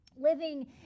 Living